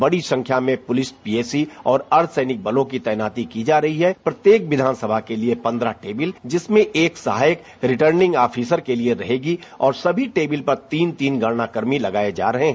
बड़ी संख्या में पुलिस पीएसी और अर्द्वसैनिक बालों की तैनाती की जा रही है प्रत्येक विधानसभा के लिए प्रद्रह टेविल जिसमें एक सहायक रिटर्निंग आफिसर के लिए रहेगी और सभी टेबिल पर तीन तीन गणना कर्मी लगाए जा रहे हैं